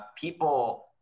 people